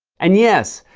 and yes,